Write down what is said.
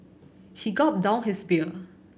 he gulped down his beer